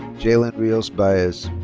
jayleen rios baez.